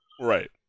Right